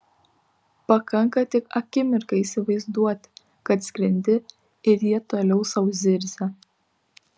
pakanka tik akimirką įsivaizduoti kad skrendi ir jie toliau sau zirzia